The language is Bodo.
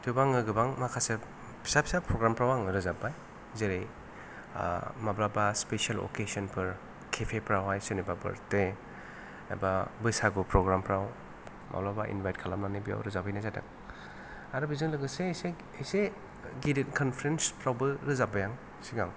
थेवबो आङो गोबां माखासे फिसा फिसा प्रग्राम फ्राव आङो रोजाबबाय जेरै माब्लाबा स्पिसेल अकेसन फोर केपे फ्रावहाय सोरनिबा बार्टडे एबा बैसागु प्रग्राम फ्राव माब्लाबा इनभाइट खालामनानै बेयाव रोजाबहैनाय जादों आरो बेजों लोगोसे इसे इसे गेदेर कनपारेन्स फ्रावबो रोजाबबाय आं सिगां